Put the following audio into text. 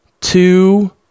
two